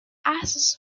access